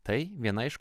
tai viena iš